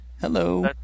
Hello